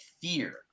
fear